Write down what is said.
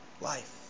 life